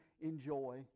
enjoy